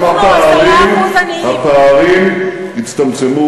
גם הפערים הצטמצמו